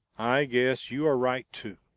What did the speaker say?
i guess you are right too.